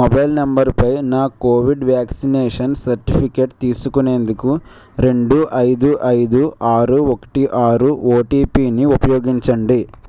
mobile నంబరుపై నా Covid vaccination certificate తీసుకునేందుకు రెండు ఐదు ఐదు ఆరు ఒకటి ఆరు ఓటిపిని ఉపయోగించండి